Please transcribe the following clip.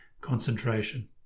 concentration